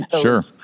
Sure